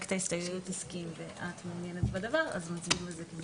את ההסתייגויות הסכים ואת מעוניינת בדבר אז מצביעים על זה כמקשה אחת.